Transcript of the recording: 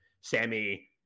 Sammy